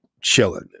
chilling